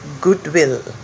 goodwill